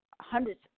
hundreds